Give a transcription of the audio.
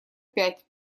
пять